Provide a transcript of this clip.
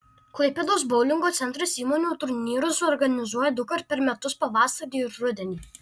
klaipėdos boulingo centras įmonių turnyrus organizuoja dukart per metus pavasarį ir rudenį